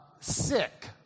sick